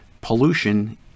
Pollution